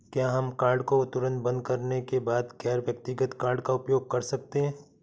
क्या हम कार्ड को तुरंत बंद करने के बाद गैर व्यक्तिगत कार्ड का उपयोग कर सकते हैं?